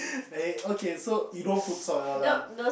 eh okay so you don't put salt at all lah